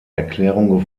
erklärung